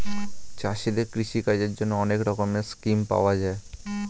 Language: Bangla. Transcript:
চাষীদের কৃষি কাজের জন্যে অনেক রকমের স্কিম পাওয়া যায়